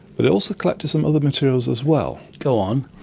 but it also collected some other materials as well. go on.